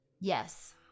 Yes